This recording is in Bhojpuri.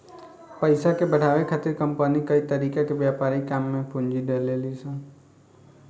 पइसा के बढ़ावे खातिर कंपनी कई तरीका के व्यापारिक काम में पूंजी डलेली सन